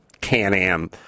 Can-Am